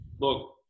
Look